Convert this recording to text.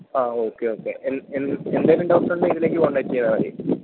ആ okay okay എന്തെങ്കിലും ഡൗട്ടുണ്ടെങ്കില് ഇതിലേക്ക് കോൺടാക്ട് ചെയ്താല് മതി